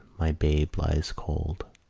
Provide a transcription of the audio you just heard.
my babe lies cold.